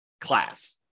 class